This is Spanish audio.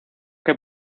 que